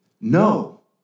no